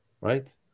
Right